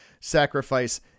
sacrifice